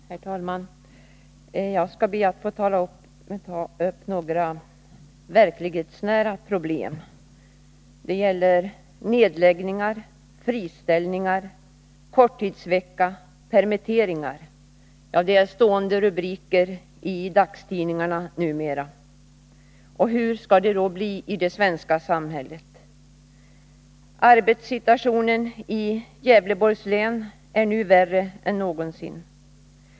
Herr talman! Jag skall be att få ta upp några verklighetsnära problem: nedläggningar, friställningar, korttidsvecka, permitteringar — stående rubriker i dagstidningarna numera. Och hur skall det då bli i det svenska samhället? Arbetssituationen i Gävleborgs län är nu värre än någonsin.